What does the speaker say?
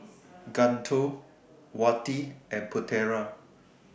Guntur Wati and Putera